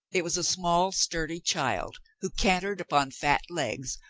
it was a small, sturdy child, who can tered upon fat legs,